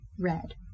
red